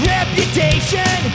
Reputation